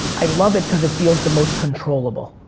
i love it cause it feels the most controllable.